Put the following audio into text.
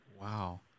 Wow